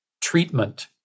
treatment